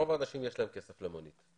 לרוב האנשים יש כסף למונית.